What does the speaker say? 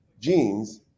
genes